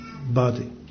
body